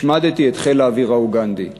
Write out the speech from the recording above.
השמדתי את חיל האוויר האוגנדי.